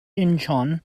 incheon